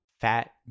fat